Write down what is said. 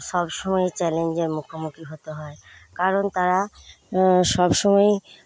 সবসময় চ্যালেঞ্জের মুখোমুখি হতে হয় কারণ তারা সবসময়েই